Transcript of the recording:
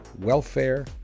welfare